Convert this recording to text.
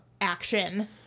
action